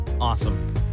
Awesome